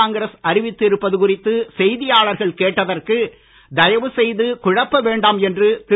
காங்கிரஸ் அறிவித்து இருப்பது குறித்து செய்தியாளர்கள் கேட்டதற்கு தயவு செய்து குழப்ப வேண்டாம் என்று திரு